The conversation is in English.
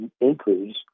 increase